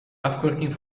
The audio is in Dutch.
afkorting